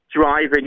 driving